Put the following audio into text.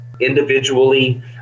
individually